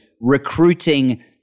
recruiting